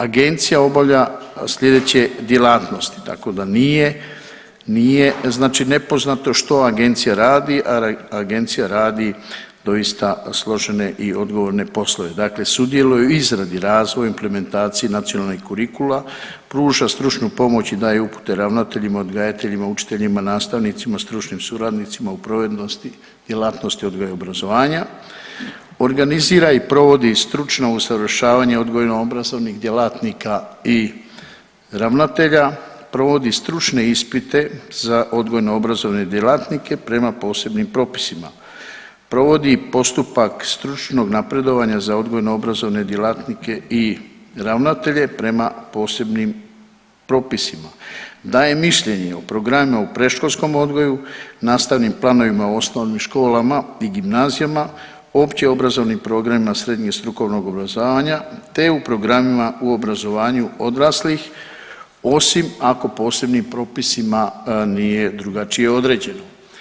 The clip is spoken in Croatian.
Agencija obavlja slijedeće djelatnosti tako da nije, nije znači nepoznato što agencija radi, a agencija radi doista složene i odgovorne poslove, dakle sudjeluje u izradi, razvoju i implementaciji nacionalnih kurikula, pruža stručnu pomoć i daje upute ravnateljima, odgajateljima, učiteljima, nastavnicima i stručnim suradnicima u … [[Govornik se ne razumije]] djelatnosti odgoja i obrazovanja, organizira i provodi stručna usavršavanja odgojno obrazovnih djelatnika i ravnatelja, provodi stručne ispite za odgojno obrazovne djelatnike prema posebnim propisima, provodi postupak stručnog napredovanja za odgojno obrazovne djelatnike i ravnatelje prema posebnim propisima, daje mišljenje o programima u predškolskom odgoju, nastavnim planovima u osnovnim školama i gimnazijama, općeobrazovnim programima srednjeg i strukovnog obrazovanja, te u programima u obrazovanju odraslih osim ako posebnim propisima nije drugačije određeno.